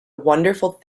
wonderful